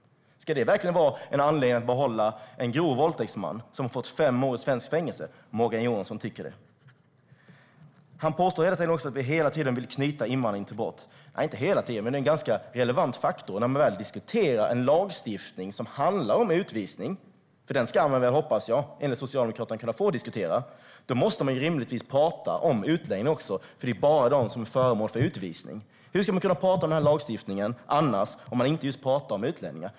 Ska det verkligen vara en anledning att behålla en grov våldtäktsman som har fått fem år i svenskt fängelse? Morgan Johansson tycker det. Han påstår också att vi hela tiden vill knyta invandring till brott. Nej, inte hela tiden, men det är en ganska relevant faktor när man diskuterar en lagstiftning som handlar om utvisning. Den hoppas jag att man också enligt Socialdemokraterna kan få diskutera. Då måste man rimligtvis tala om utlänningar, för det är ju bara de som är föremål för utvisning. Hur ska man kunna tala om denna lagstiftning utan att tala om utlänningar?